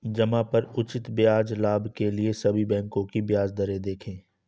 जमा पर उचित ब्याज लाभ के लिए सभी बैंकों की ब्याज दरें देखें